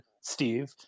Steve